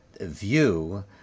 view